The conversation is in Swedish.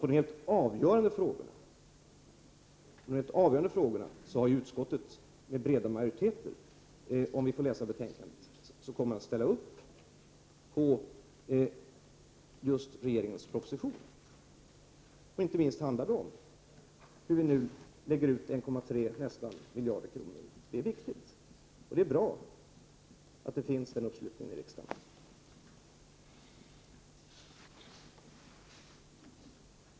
I de helt avgörande frågorna är det en stor majoritet i utskottet — som framgår av betänkandet — som kommer att ställa upp på regeringens proposition. Det handlar ju om att t.ex. avsätta nästan 1,3 miljarder, så det här är viktigt. Därför är det bra att uppslutningen är så god här i riksdagen.